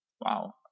Wow